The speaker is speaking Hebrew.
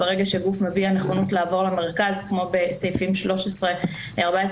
ברגע שגוף מביע נכונות לעבור למרכז כמו בסעיפים 13 ו-14,